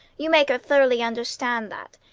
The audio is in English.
you make her thoroughly understand that.